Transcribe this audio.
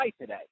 today